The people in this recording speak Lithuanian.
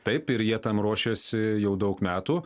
taip ir jie tam ruošiasi jau daug metų